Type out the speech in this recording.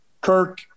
Kirk